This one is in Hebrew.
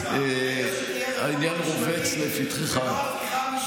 גם אני מוכן לעשות איתך עסקה,